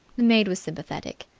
the maid was sympathetic.